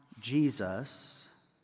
Jesus